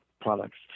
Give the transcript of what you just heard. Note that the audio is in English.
products